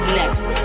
next